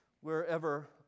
wherever